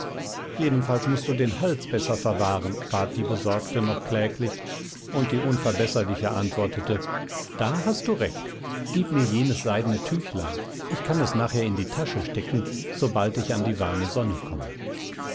jedenfalls mußt du den hals besser verwahren bat die besorgte noch kläglich und die unverbesserliche antwortete da hast du recht gib mir jenes seidene tüchlein ich kann es nachher in die tasche stecken sobald ich an die warme sonne komme